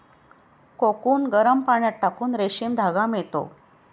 cocoon गरम पाण्यात टाकून रेशीम धागा मिळतो